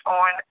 on